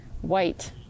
white